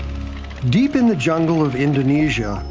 deep in the jungle of indonesia,